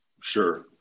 Sure